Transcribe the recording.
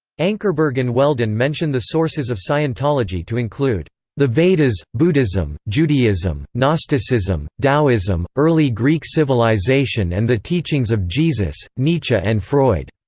ankerberg and weldon mention the sources of scientology to include the vedas, buddhism, judaism, gnosticism, taoism, early greek civilization and the teachings of jesus, nietzsche and freud.